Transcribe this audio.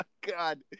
God